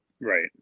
right